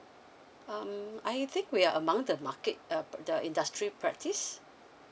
um I think we are among the market uh the industry practice